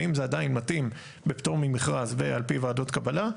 ואם זה עדיין מתאים בפטור ממכרז ועל פי ועדות קבלה,